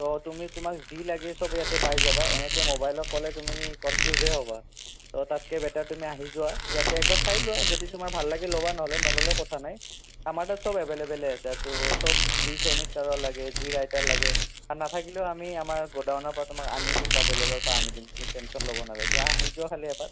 অঁ তুমি তোমাক যি লাগে চব ইয়াতে পাই যাবা এনেকৈ মোবাইলত ক'লে তুমি কনফিউজ হে হ'বা ত' তাতকৈ বেটাৰ তুমি আহি যোৱা ইয়াতে একবাৰ চাই যোৱা যদি তোমাৰ ভাল লাগে ল'বা নহ'লে নল'লেও কথা নাই আমাৰ তাত চব এভেইলেবলে আছে ত' চব যি চেমিষ্টাৰৰ লাগে যি ৰাইটাৰ লাগে আৰু নাথাকিলেও আমি আমাৰ গোদামৰ পৰা আনি দিম বা বেলেগৰ পৰা আনি দিম তুমি টেনশ্যন ল'ব নালাগে তুমি আহি যোৱা খালি এবাৰ